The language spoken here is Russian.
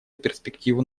перспективу